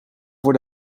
voor